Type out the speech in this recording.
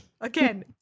Again